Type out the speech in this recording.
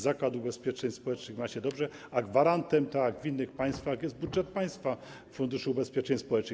Zakład Ubezpieczeń Społecznych ma się dobrze, a gwarantem tak jak w innych państwach jest budżet państwa, Fundusz Ubezpieczeń Społecznych.